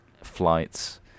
flights